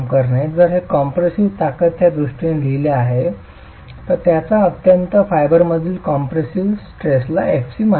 तर हे कॉम्पॅरेसीव्ह ताणच्या दृष्टीने लिहिलेले आहे आता अत्यंत फायबरमधील कॉम्प्रेसिव्ह स्ट्रेसला fc मानले जाते